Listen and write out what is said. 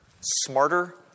smarter